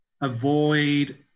avoid